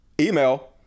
email